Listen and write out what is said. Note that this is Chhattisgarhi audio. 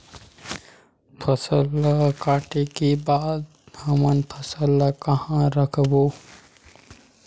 फसल ला काटे के बाद हमन फसल ल कहां रखबो?